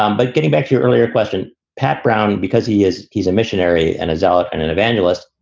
um but getting back to your earlier question, pat brown, because he is he's a missionary and a zealot and an evangelist.